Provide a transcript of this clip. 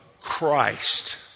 christ